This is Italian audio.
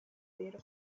vero